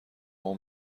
اون